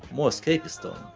more escapist tone.